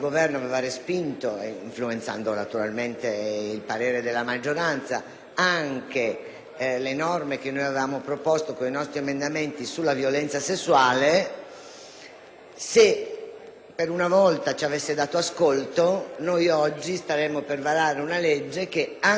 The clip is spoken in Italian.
le norme che avevamo proposto con i nostri emendamenti sulla violenza sessuale. Se, per una volta, il Governo ci avesse dato ascolto, oggi staremmo per varare una legge che anche su questi argomenti darebbe immediatamente risposta alle attese della popolazione.